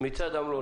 מצד המלונות.